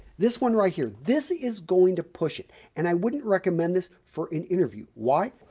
this one right here, this is going to push it and i wouldn't recommend this for an interview. why?